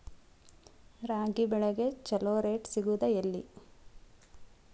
ರಾಗಿ ಬೆಳೆಗೆ ಛಲೋ ರೇಟ್ ಸಿಗುದ ಎಲ್ಲಿ?